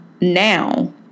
now